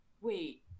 wait